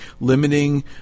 limiting